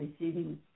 receiving